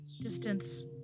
distance